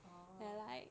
orh